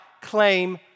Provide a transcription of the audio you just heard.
claim